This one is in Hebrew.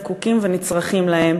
כל כך זקוקים ונצרכים להם.